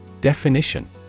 Definition